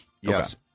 Yes